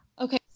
Okay